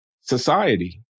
society